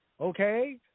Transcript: Okay